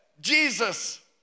Jesus